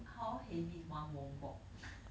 how heavy is one wombok